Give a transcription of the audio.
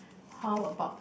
how about